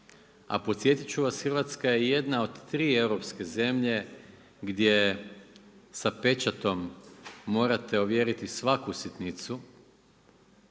a podsjetiti ću vas Hrvatska je jedna od 3 europske zemlje gdje sa pečatom morate ovjeriti svaku sitnicu,